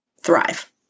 thrive